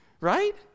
right